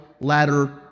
ladder